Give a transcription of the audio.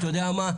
אתה יודע מה?